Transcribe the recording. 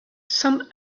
some